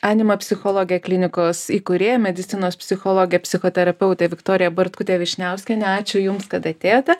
anima psichologija klinikos įkūrėja medicinos psichologė psichoterapeutė viktorija bartkutė vyšniauskienė ačiū jums kad atėjote